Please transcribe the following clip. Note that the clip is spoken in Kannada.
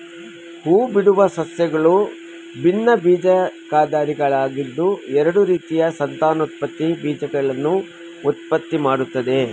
ಹೂಬಿಡುವ ಸಸ್ಯಗಳು ಭಿನ್ನಬೀಜಕಧಾರಿಗಳಾಗಿದ್ದು ಎರಡು ರೀತಿಯ ಸಂತಾನೋತ್ಪತ್ತಿ ಬೀಜಕಗಳನ್ನು ಉತ್ಪತ್ತಿಮಾಡ್ತವೆ